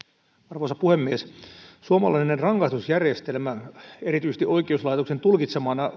arvoisa puhemies suomalainen rangaistusjärjestelmä erityisesti oikeuslaitoksen tulkitsemana